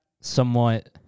somewhat